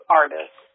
artists